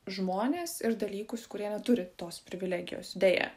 žmones ir dalykus kurie neturi tos privilegijos deja